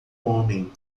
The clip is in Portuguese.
homem